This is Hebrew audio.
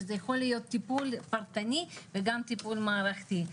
שזה יכול להיות טיפול פרטני וגם טיפול מערכתי.